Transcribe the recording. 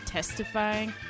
Testifying